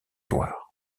loire